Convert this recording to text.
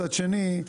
מצד שני,